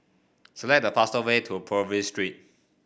select the fastest way to Purvis Street